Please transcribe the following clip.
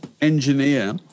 engineer